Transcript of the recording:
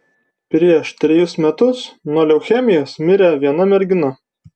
prieš trejus metus nuo leukemijos mirė viena mergina